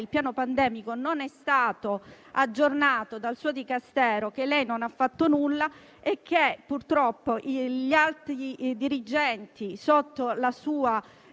il piano pandemico non è stato aggiornato dal suo Dicastero, che lei non ha fatto nulla e che, purtroppo, gli alti dirigenti, sotto la sua